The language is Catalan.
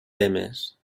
temes